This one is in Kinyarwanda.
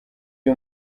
uyu